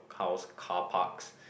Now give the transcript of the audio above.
house carparks